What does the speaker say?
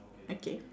okay